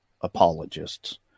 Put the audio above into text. apologists